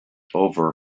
over